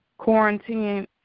quarantining